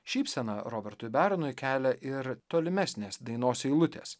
šypseną robertui beronui kelia ir tolimesnės dainos eilutės